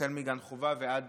החל מגן חובה ועד